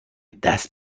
دست